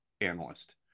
analyst